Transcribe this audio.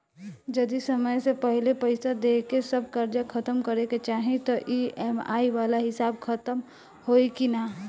जदी समय से पहिले पईसा देके सब कर्जा खतम करे के चाही त ई.एम.आई वाला हिसाब खतम होइकी ना?